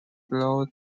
below